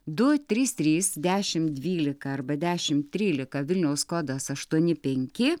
du trys trys dešimt dvylika arba dešimt trylika vilniaus kodas aštuoni penki